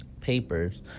papers